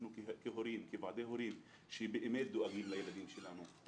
אנחנו כוועדי הורים שבאמת דואגים לילדים שלנו,